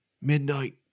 Midnight